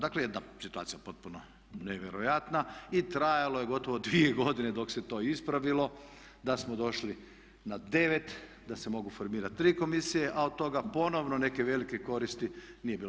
Dakle jedna situacija potpuno nevjerojatna i trajalo je gotovo dvije godine dok se to ispravilo da smo došli na 9 da se mogu formirati 3 komisije a od toga ponovno neke velike koristi nije bilo.